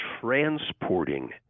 transporting